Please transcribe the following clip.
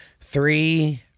three